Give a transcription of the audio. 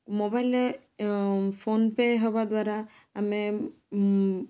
ମୋବାଇଲରେ PhonePe ହେବା ଦ୍ୱାରା ଆମେ